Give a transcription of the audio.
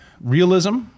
Realism